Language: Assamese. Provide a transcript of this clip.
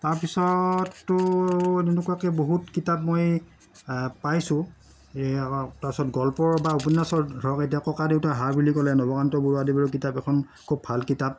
তাৰপিছতটো তেনেকুৱাকে বহুত কিতাপ মই পাইছোঁ তাৰপাছত গল্প বা উপন্যাসৰ ধৰক এতিয়া ককাদেউতাৰ হাড় বুলি ক'লে নৱকান্ত বৰুৱাদেৱৰ কিতাপ এখন খুব ভাল কিতাপ